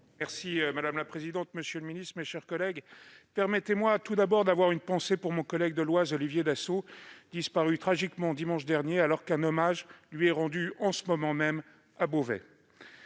Madame la présidente, monsieur le ministre, mes chers collègues, permettez-moi tout d'abord d'avoir une pensée pour mon collègue de l'Oise Olivier Dassault, disparu tragiquement dimanche dernier, alors qu'un hommage lui est rendu en ce moment même à Beauvais.